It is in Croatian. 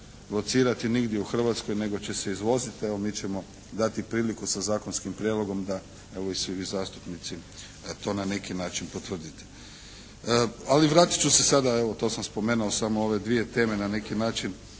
locirati nigdje u Hrvatskoj nego će se izvoziti. Evo, mi ćemo dati priliku sa zakonskim prijedlogom da evo i svi vi zastupnici to na neki način potvrdite. Ali vratit ću se sada, evo to sam spomenuo samo ove dvije teme na neki način